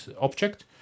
object